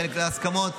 חלק ללא הסכמות.